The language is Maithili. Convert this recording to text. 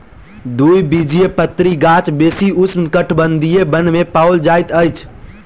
द्विबीजपत्री गाछ बेसी उष्णकटिबंधीय वन में पाओल जाइत अछि